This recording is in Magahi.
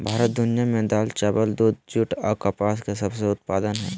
भारत दुनिया में दाल, चावल, दूध, जूट आ कपास के सबसे उत्पादन हइ